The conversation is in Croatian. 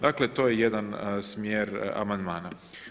Dakle, to je jedan smjer amandmana.